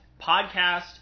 Podcast